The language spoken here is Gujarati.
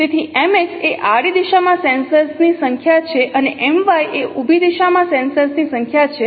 તેથી mx એ આડી દિશામાં સેન્સર્સ ની સંખ્યા છે અને my એ ઉભી દિશામાં સેન્સર ની સંખ્યા છે